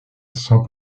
sans